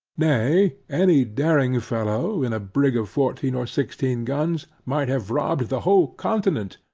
nay, any daring fellow, in a brig of fourteen or sixteen guns, might have robbed the whole continent,